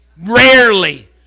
Rarely